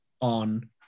on